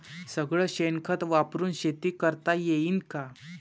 सगळं शेन खत वापरुन शेती करता येईन का?